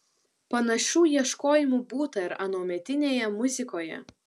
panašių ieškojimų būta ir anuometinėje muzikoje